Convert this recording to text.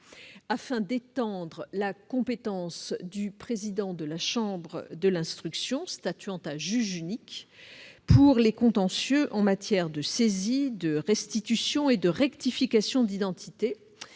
afin d'étendre la compétence du président de la chambre de l'instruction statuant à juge unique pour les contentieux en matière de saisie, de restitution et de rectification d'identité,